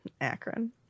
Akron